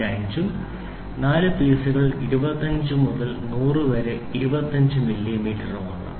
5 ഉം നാല് പീസുകൾ 25 മുതൽ 100 വരെ 25 മില്ലിമീറ്ററുമാണ്